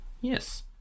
Yes